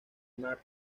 max